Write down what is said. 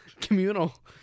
communal